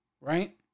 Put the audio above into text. right